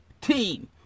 team